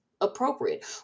appropriate